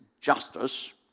justice